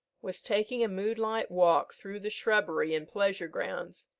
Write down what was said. was taking a moonlight walk through the shrubbery and pleasure-grounds,